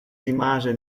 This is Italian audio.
rimase